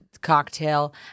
cocktail